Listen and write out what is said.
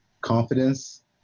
confidence